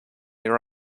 your